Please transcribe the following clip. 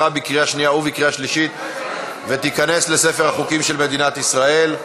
עברה בקריאה שנייה ובקריאה שלישית ותיכנס לספר החוקים של מדינת ישראל.